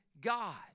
God